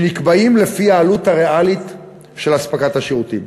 שנקבעים לפי העלות הריאלית של אספקת השירותים.